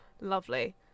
Lovely